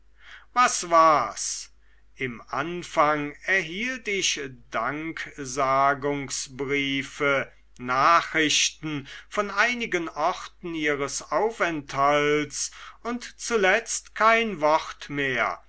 was war's im anfang erhielt ich danksagungsbriefe nachricht von einigen orten ihres aufenthalts und zuletzt kein wort mehr